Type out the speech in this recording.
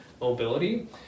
mobility